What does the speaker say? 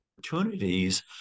Opportunities